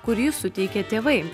kurį suteikė tėvai